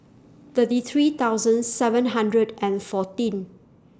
thirty three thousand seven hundred and fourteen